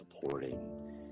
supporting